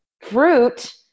fruit